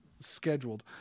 scheduled